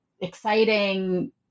exciting